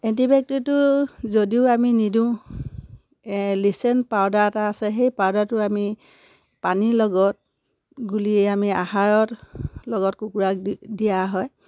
এণ্টিবায়'টিকটো যদিও আমি নিদিওঁ লিচেন পাউদাৰ এটা আছে সেই পাউদাৰটো আমি পানীৰ লগত গুলিয়ে আমি আহাৰৰ লগত কুকুৰাক দি দিয়া হয়